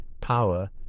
power